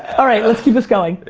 all right, let's keep this going.